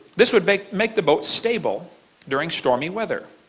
this would make make the boat stable during stormy weather.